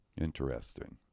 Interesting